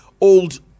old